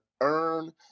earn